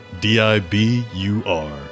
D-I-B-U-R